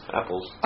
apples